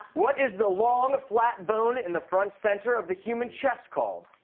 what is the long flat bone in the front center of the human chest called?